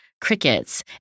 crickets